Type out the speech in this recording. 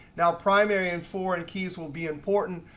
now, primary and foreign keys will be important.